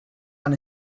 and